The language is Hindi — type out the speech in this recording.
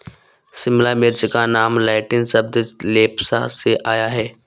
शिमला मिर्च का नाम लैटिन शब्द लेप्सा से आया है